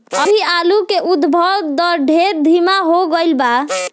अभी आलू के उद्भव दर ढेर धीमा हो गईल बा